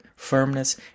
firmness